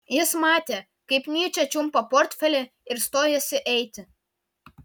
jis matė kaip nyčė čiumpa portfelį ir stojasi eiti